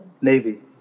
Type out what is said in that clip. Navy